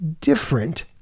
different